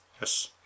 Yes